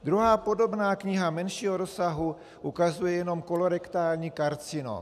Druhá podobná kniha menšího rozsahu ukazuje jenom kolorektální karcinom.